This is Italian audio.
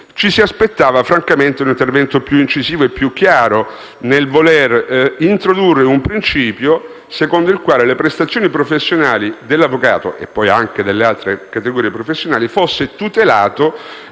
ci si aspettava francamente un intervento più incisivo e più chiaro nel voler introdurre un principio secondo il quale l'equo compenso delle prestazioni professionali dell'avvocato - e delle altre categorie professionali - fosse tutelato